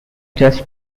just